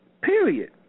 Period